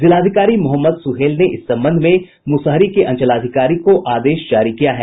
जिलाधिकारी मोहम्मद सुहैल ने इस संबंध में मुसहरी के अंचलाधिकारी को आदेश जारी किया है